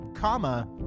comma